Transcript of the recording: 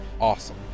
awesome